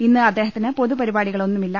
ഇന്ന് അദ്ദേഹത്തിന് പൊതുപരിപാ ടികളൊന്നുമില്ല